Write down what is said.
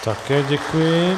Také děkuji.